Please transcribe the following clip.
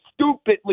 stupidly